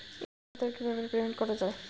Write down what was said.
এর মাধ্যমে কিভাবে পেমেন্ট করা য়ায়?